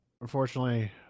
unfortunately